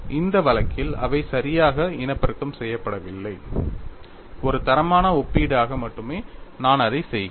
இந்த வழக்கில் அவை சரியாக இனப்பெருக்கம் செய்யப்படவில்லை ஒரு தரமான ஒப்பீட்டுக்காக மட்டுமே நான் அதைச் செய்கிறேன்